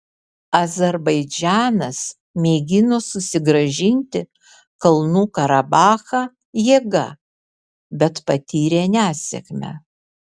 azerbaidžanas mėgino susigrąžinti kalnų karabachą jėga bet patyrė nesėkmę